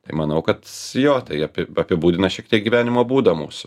tai manau kad jo tai apibūdina šiek tiek gyvenimo būdą mūsų